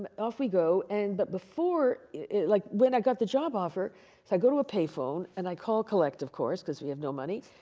but off we go. and but before, like when i got the job offer, so i go to a pay phone and i call collect, of course, because we have no money,